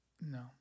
No